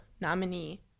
nominee